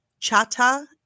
Chata